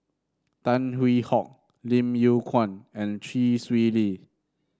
Tan Hwee Hock Lim Yew Kuan and Chee Swee Lee